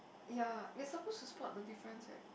ya you're suppose to spot the difference right